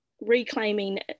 reclaiming